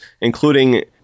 including